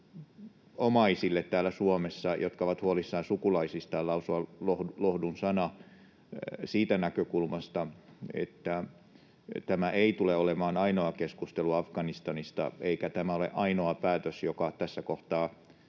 omaisille täällä Suomessa, jotka ovat huolissaan sukulaisistaan, lausua lohdun sanan siitä näkökulmasta, että tämä ei tule olemaan ainoa keskustelu Afganistanista eikä tämä ole ainoa päätös, joka tässä kohtaa